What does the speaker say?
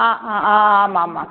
ह हा आम् आम् आम्